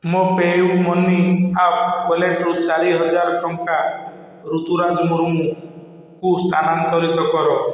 ମୋ PayUmoney app ୱାଲେଟରୁ ଚାରିହଜାର ଟଙ୍କା ରୁତୁରାଜ ମୁର୍ମୁଙ୍କୁ ସ୍ଥାନାନ୍ତରିତ କର